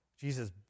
Jesus